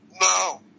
No